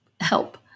help